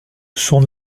son